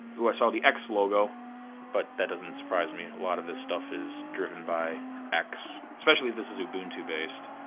ooh, i saw the x logo but that doesn't surprise me. a lot of this stuff is driven by x especially if this is ubuntu based.